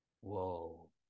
Whoa